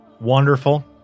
Wonderful